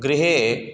गृहे